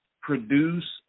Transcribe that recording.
produce